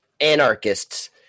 anarchists